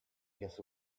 guess